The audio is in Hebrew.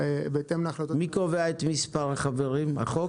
מי קובע את מספר החברים, החוק?